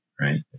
Right